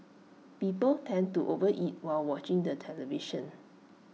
people tend to overeat while watching the television